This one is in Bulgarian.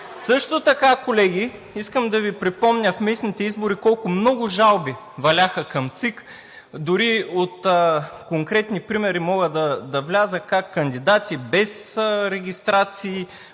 Също така, колеги, искам да Ви припомня в местните избори колко много жалби валяха към ЦИК, дори в конкретни примери мога да вляза – как кандидати без регистрации